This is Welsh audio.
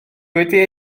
wedi